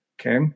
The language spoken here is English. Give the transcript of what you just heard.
Okay